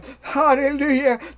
hallelujah